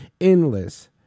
endless